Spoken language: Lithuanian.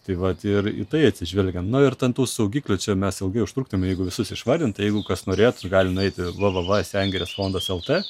tai vat ir į tai atsižvelgiam na ir ten tų saugiklių čia mes ilgai užtruktumėm jeigu visus išvardint tai jeigu kas norėtų gali nueiti v v v sengirės fondasel t